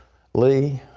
lee.